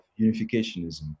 unificationism